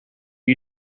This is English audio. you